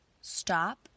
Stop